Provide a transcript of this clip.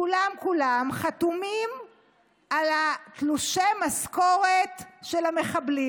כולם, כולם חתומים על תלושי המשכורת של המחבלים.